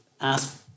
ask